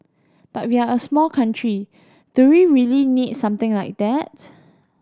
but we're a small country do we really need something like that